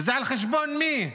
וזה על חשבון מי?